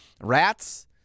rats